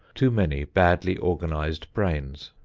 too many badly organized brains.